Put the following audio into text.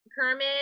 Kermit